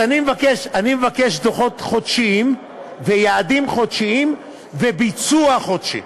אז אני מבקש דוחות חודשיים ויעדים חודשיים וביצוע חודשי.